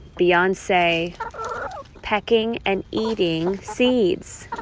beyonce pecking and eating seeds.